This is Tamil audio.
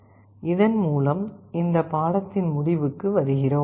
இதன் மூலம் இந்த பாடத்தின் முடிவுக்கு வருகிறோம்